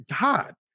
god